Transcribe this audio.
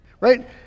right